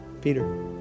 Peter